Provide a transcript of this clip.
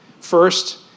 First